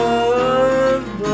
Love